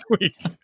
week